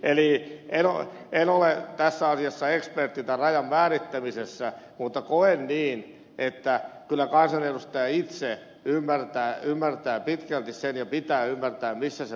eli en ole tässä asiassa ekspertti tämän rajan määrittämisessä mutta koen niin että kyllä kansanedustaja itse ymmärtää pitkälti sen ja hänen pitää ymmärtää missä se raja menee